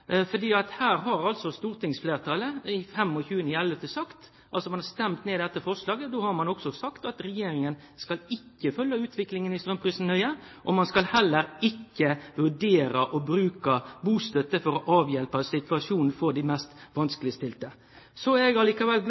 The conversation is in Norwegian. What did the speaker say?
her har stortingsfleirtalet ved at ein den 25. november stemde ned dette forslaget altså sagt at regjeringa ikkje skal følgje utviklinga i straumprisen nøye og heller ikkje vurdere å bruke bustønad for å avhjelpe situasjonen for dei mest vanskelegstilte. Så er eg er likevel